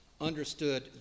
understood